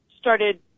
started